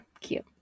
Cute